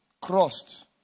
Crossed